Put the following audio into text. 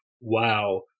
wow